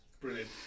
brilliant